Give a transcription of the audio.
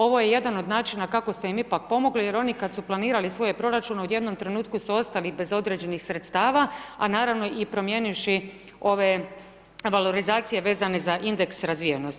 Ovo je jedan od načina kako ste im ipak pomogli jer oni kad su planirali svoje proračune, u jednom trenutku su ostali bez određenih sredstava, a naravno promijenivši ove valorizacije vezane za indeks razvijenosti.